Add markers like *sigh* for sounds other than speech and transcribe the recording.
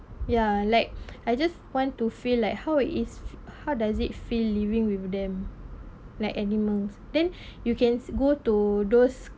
ya like *breath* I just want to feel like how it is how does it feel living with them like animals then *breath* you can go to those